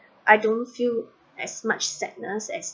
I don't feel as much sadness as